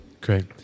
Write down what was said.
Great